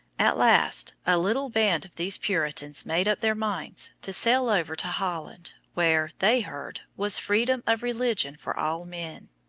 at last a little band of these puritans made up their minds to sail over to holland, where, they heard, was freedom of religion for all men.